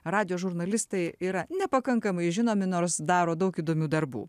radijo žurnalistai yra nepakankamai žinomi nors daro daug įdomių darbų